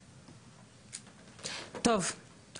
חברות וחברים שלי ברשות האוכלוסין וההגירה,